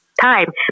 time